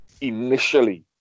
initially